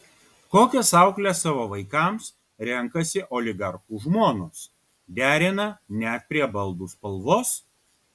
kokias aukles savo vaikams renkasi oligarchų žmonos derina net prie baldų spalvos